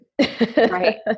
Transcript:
right